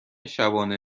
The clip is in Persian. شبانه